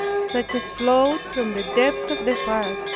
such as flowed from the depth of the heart,